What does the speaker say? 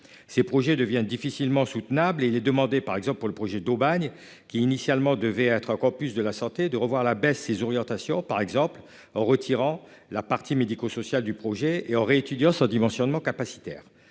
ses projets devient difficilement soutenable et il est demandé par exemple pour le projet d'Aubagne qui initialement devait être encore plus de la santé de revoir à la baisse ses orientations par exemple en retirant la partie médico-social du projet et aurait étudiants surdimensionnement